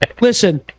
Listen